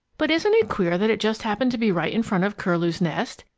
but isn't it queer that it just happened to be right in front of curlew's nest!